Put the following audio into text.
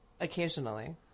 occasionally